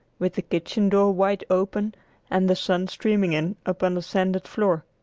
with the kitchen door wide open and the sun streaming in upon the sanded floor.